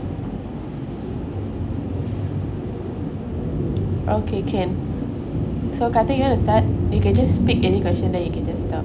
okay can so karthik you want to start you can just pick any question then you can just talk